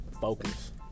focus